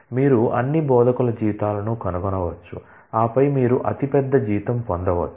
మీరు అన్ని బోధకుల జీతాలను కనుగొనవచ్చు ఆపై మీరు అతిపెద్ద జీతం పొందవచ్చు